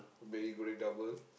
mee goreng double